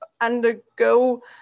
undergo